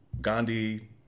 Gandhi